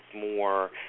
more